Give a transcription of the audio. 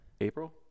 April